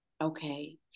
Okay